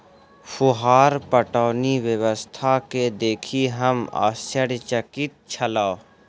फुहार पटौनी व्यवस्था के देखि हम आश्चर्यचकित छलौं